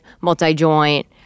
multi-joint